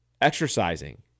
Exercising